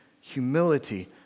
humility